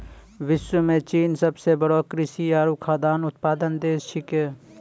विश्व म चीन सबसें बड़ो कृषि आरु खाद्यान्न उत्पादक देश छिकै